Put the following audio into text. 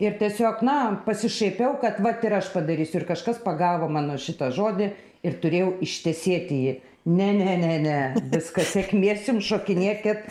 ir tiesiog na pasišaipiau kad vat ir aš padarysiu ir kažkas pagavo mano šitą žodį ir turėjau ištesėti jį ne ne ne ne viskas sėkmės jums šokinėkit